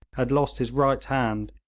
had lost his right hand,